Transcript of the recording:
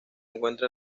encuentra